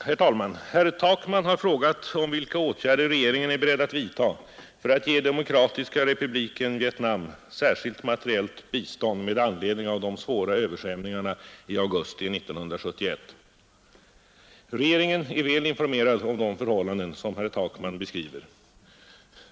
Herr talman! Herr Takman har frågat vilka åtgärder regeringen är beredd att vidta för att ge Demokratiska republiken Vietnam särskilt materiellt bistånd med anledning av de svåra översvämningarna i augusti 1971. Regeringen är väl informerad om de förhållanden som herr Takman 43 beskriver.